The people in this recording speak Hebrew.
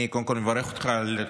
אני מברך אותך על היוזמה.